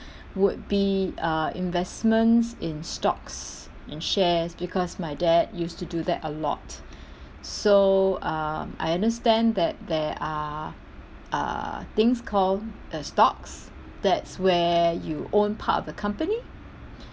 would be uh investments in stocks and shares because my dad used to do that a lot so uh I understand that there are uh things called the stocks that's where you own part of a company